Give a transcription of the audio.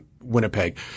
Winnipeg